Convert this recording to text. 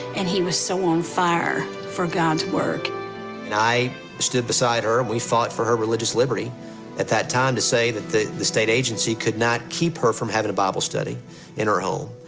and he was so on fire for god's work and i stood beside her, and we fought for her religious liberty at that time to say that the the state agency could not keep her from having a bible study in her home.